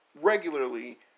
Regularly